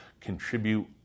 contribute